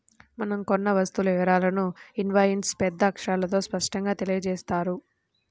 మనం కొన్న వస్తువు వివరాలను ఇన్వాయిస్పై పెద్ద అక్షరాలతో స్పష్టంగా తెలియజేత్తారు